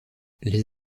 les